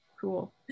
cool